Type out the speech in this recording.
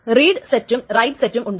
read സെറ്റും write സെറ്റും ഉണ്ട്